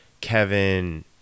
kevin